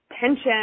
tension